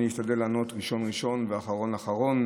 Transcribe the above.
אני אשתדל לענות על ראשון ראשון ועל אחרון אחרון.